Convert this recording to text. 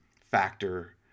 factor